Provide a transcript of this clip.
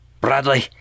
Bradley